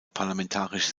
parlamentarische